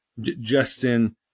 justin